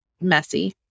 messy